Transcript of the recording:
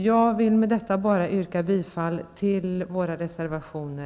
Jag vill med detta yrka bifall till våra reservationer